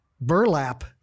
burlap